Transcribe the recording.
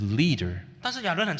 leader